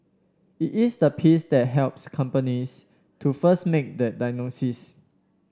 it is the piece that helps companies to first make that diagnosis